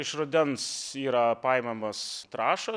iš rudens yra paimamos trąšos